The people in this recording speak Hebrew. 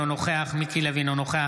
אינו נוכח מיקי לוי,